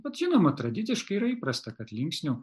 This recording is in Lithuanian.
bet žinoma tradiciškai yra įprasta kad linksnių